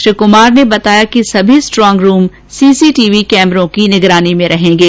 श्री कुमार ने बताया कि सभी स्ट्रॉग रूम सीसीटीवी कैमरों की निगरानी में रहेंगे